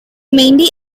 mainly